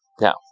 Now